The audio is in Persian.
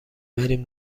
بریم